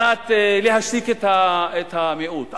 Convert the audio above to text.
כדי להשתיק את המיעוט.